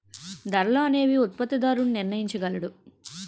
ధరలు అనేవి ఉత్పత్తిదారుడు నిర్ణయించగలడు